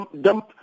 dump